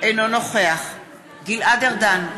אינו נוכח גלעד ארדן,